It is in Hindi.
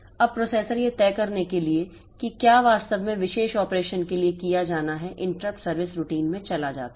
अब प्रोसेसर यह तय करने के लिए कि क्या वास्तव में विशेष ऑपरेशन के लिए किया जाना है इंटरप्ट सर्विस रूटीन में चला जाता है